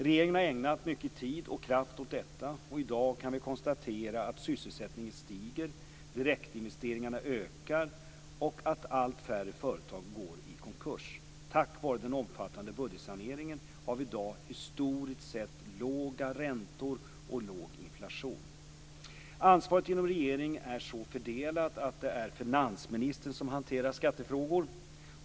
Regeringen har ägnat mycket tid och kraft åt detta, och i dag kan vi konstatera att sysselsättningen stiger, direktinvesteringarna ökar och allt färre företag går i konkurs. Tack vare den omfattande budgetsaneringen har vi i dag historiskt sett låga räntor och låg inflation. Ansvaret inom regeringen är så fördelat att det är finansministern som hanterar skattefrågor.